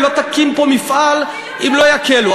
היא לא תקים פה מפעל אם לא יקלו.